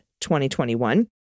2021